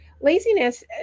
laziness